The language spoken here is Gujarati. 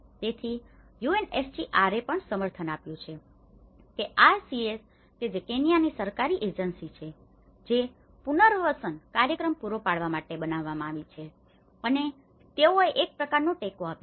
તેથી યુએનએચસીઆરએ પણ સમર્થન આપ્યું છે કે કેઆરસીએસ કે જે કેન્યાની સરકારી એજન્સી છે જે પુનર્વસન કાર્યક્રમ પૂરો પાડવા માટે બનાવવામાં આવી છે અને તેઓએ એક પ્રકારનો ટેકો આપ્યો છે